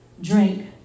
drink